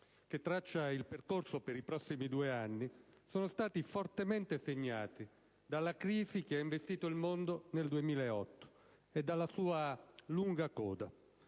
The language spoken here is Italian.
che traccia il percorso per i prossimi due anni, sono stati fortemente segnati dalla crisi che ha investito il mondo nel 2008 e dalla sua lunga coda.